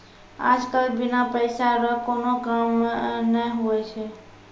आज कल बिना पैसा रो कोनो काम नै हुवै छै